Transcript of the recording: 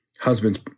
husbands